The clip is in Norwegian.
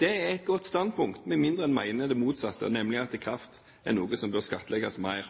Det er et godt standpunkt med mindre en mener det motsatte, nemlig at kraft er noe som bør skattlegges mer.